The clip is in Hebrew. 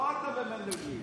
לא אתה ומנדלבליט,